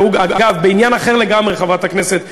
אגב, בעניין אחר לגמרי, חברת הכנסת זנדברג,